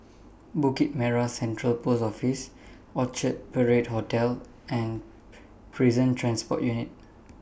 Bukit Merah Central Post Office Orchard Parade Hotel and Prison Transport Unit